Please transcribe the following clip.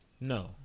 No